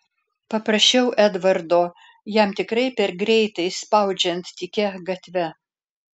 paprašiau edvardo jam tikrai per greitai spaudžiant tykia gatve